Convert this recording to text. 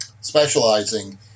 specializing